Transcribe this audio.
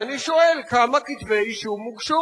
אני שואל, כמה כתבי אישום הוגשו?